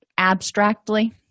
abstractly